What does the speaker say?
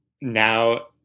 now